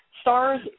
Stars